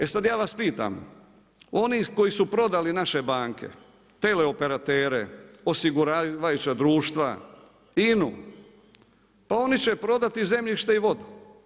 E sad ja vas pitam oni koji su prodali naše banke, teleoperatere, osiguravajuća društva, INA-u, pa oni će prodati zemljište i vodu.